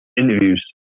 interviews